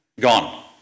Gone